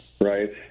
right